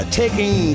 taking